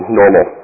normal